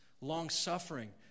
long-suffering